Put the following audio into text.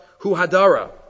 Huhadara